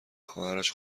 خواهرش